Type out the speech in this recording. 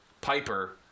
Piper